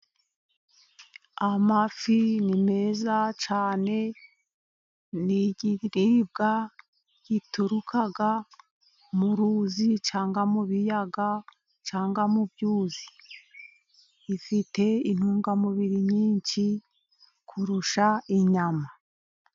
Amafi ni meza cyane. Ni ikiribwa gituruka mu ruzi cyangwa mu biyaga cyangwa mu byuzi. Ifite intungamubiri nyinshi kurusha inyama.